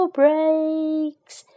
breaks